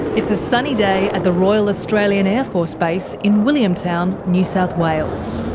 it's a sunny day at the royal australian air force base in williamtown, new south wales.